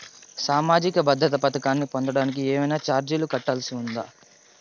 సామాజిక భద్రత పథకాన్ని పొందడానికి ఏవైనా చార్జీలు కట్టాల్సి ఉంటుందా?